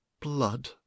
blood